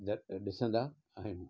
त ॾिसंदा आहिनि